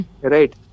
right